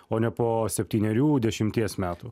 o ne po septynerių dešimties metų